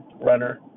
Runner